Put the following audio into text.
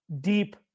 deep